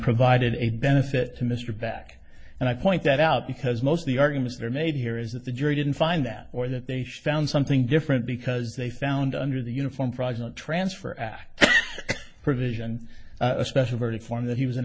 provided a benefit to mr back and i point that out because most of the arguments that are made here is that the jury didn't find that or that they found something different because they found under the uniform fraudulent transfer act provision a special verdict form that he was an